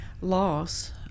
loss